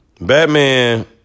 Batman